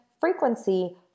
frequency